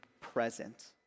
present